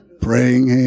Praying